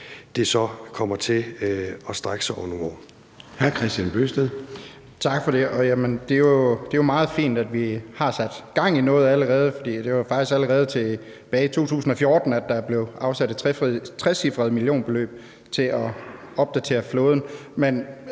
det så kommer til at strække sig over nogle år.